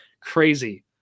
Crazy